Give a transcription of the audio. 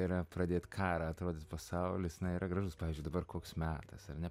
yra pradėt karą atrodytų pasaulis ne yra gražus pavyzdžiui dabar koks metas ar ne